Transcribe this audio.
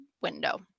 window